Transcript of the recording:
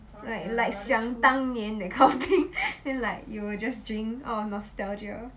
like like 想当年 that kind of thing then like you will just drink out of nostalgia